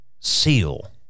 Seal